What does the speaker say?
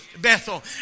Bethel